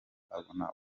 abona